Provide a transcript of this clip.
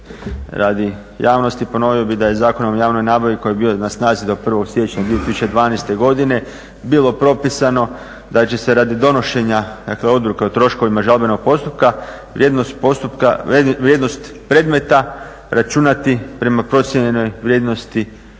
radi javnosti ponovio bi da je Zakonom o javnoj nabavi koji je bio na snazi do 1.siječnja 2012.godine bilo propisano da će se radi donošenja odluke o troškovima žalbenog postupka vrijednost predmeta računati prema procijenjenoj vrijednosti